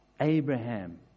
Abraham